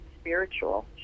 spiritual